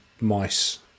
mice